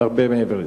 והרבה מעבר לזה.